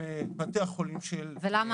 באמת לאור הפרסומים האחרונים שראינו לגבי